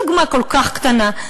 דוגמה כל כך קטנה,